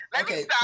Okay